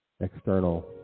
external